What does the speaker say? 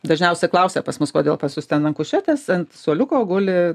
dažniausiai klausia pas mus kodėl pas jus ten ant kušetės ant suoliuko guli